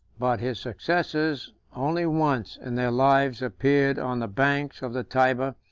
but his successors only once in their lives appeared on the banks of the tyber,